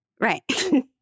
Right